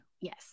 Yes